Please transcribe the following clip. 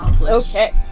Okay